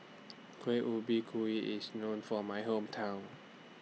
Kuih Ubi Kayu IS known For My Hometown